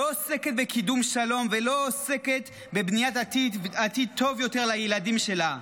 לא עוסקת בקידום שלום ולא עוסקת בבניית עתיד טוב יותר לילדים שלה.